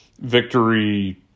victory